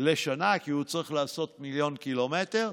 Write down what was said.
כי הוא צריך לעשות מיליון ק"מ,